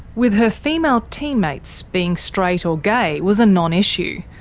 with her female teammates, being straight or gay was a non-issue.